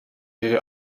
ihre